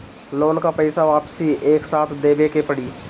Loan का पईसा वापिस एक साथ देबेके पड़ी?